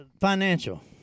financial